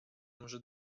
może